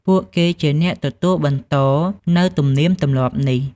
ពួកគេជាអ្នកទទួលបន្តនូវទំនៀមទម្លាប់នេះ។